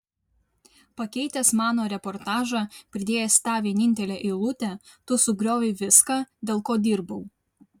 pakeitęs mano reportažą pridėjęs tą vienintelę eilutę tu sugriovei viską dėl ko dirbau